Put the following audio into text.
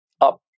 up